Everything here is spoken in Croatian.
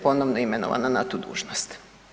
Ponovno imenovana na tu dužnost.